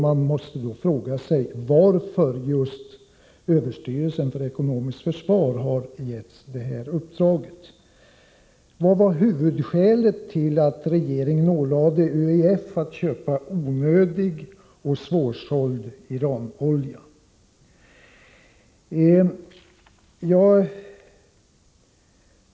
Man måste fråga sig varför just överstyrelsen för ekonomiskt försvar getts det uppdraget. Vad var huvudskälet till att regeringen ålade ÖEF att köpa onödig och svårsåld Iran-olja?